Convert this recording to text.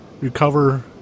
recover